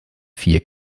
vier